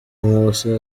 nkusi